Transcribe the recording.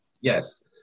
Yes